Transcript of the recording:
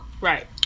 Right